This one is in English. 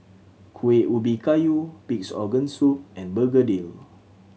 Kueh Ubi Kayu Pig's Organ Soup and begedil